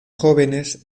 jóvenes